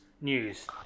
news